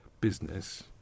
business